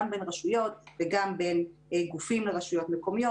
גם בין הרשויות וגם בין גופים לרשויות המקומיות,